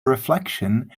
reflection